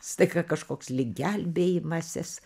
staiga kažkoks lyg gelbėjimasis